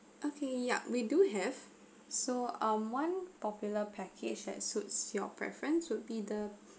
okay yup we do have so um one popular package that suits your preference would be the